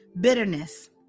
bitterness